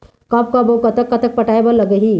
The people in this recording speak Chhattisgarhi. कब कब अऊ कतक कतक पटाए बर लगही